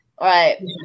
right